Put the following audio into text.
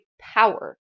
power